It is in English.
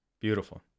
beautiful